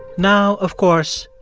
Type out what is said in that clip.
now, of course,